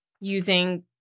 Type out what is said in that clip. using